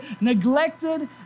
neglected